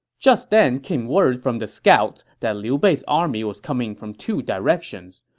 just then came word from the scouts that liu bei's army was coming from two directions.